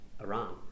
Iran